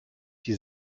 die